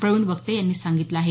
प्रवीण वक्ते यांनी सांगितलं आहे